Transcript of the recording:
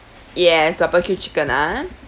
yes barbecue chicken ah